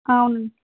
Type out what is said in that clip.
అవునండి